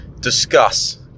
discuss